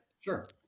Sure